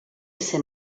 ese